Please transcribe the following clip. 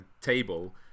table